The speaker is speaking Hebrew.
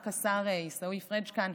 רק השר עיסאווי פריג' כאן,